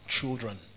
children